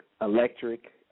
Electric